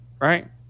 right